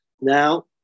Now